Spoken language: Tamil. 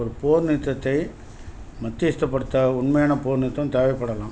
ஒரு போர் நிறுத்தத்தை மத்தியஸ்தப்படுத்த உண்மையான போர் நிறுத்தம் தேவைப்படலாம்